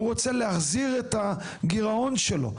הוא רוצה להחזיר את הגירעון שלו.